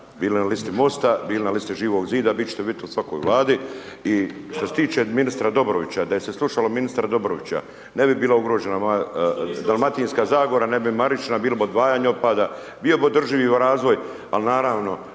bili na listi MOST-a, bili na listi Živog Zida, vi ćete biti u svakoj Vladi i što se tiče ministra Dobrovića, da je se slušalo ministra Dobrovića, ne bi bila ugrožena moja Dalmatinska Zagora, ne bi Marična, bili bi odvajanje otpada, bio bi održivi razvoj, ali naravno,